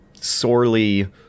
sorely